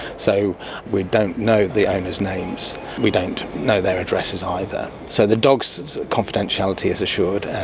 so we don't know the owners' names, we don't know their addresses either. so the dogs' confidentiality is assured.